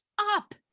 up